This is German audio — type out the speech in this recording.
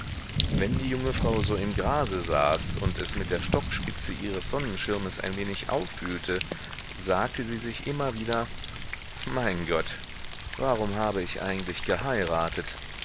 wenn die junge frau so im grase saß und es mit der stockspitze ihres sonnenschirmes ein wenig aufwühlte sagte sie sich immer wieder mein gott warum habe ich eigentlich geheiratet